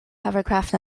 hovercraft